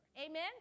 Amen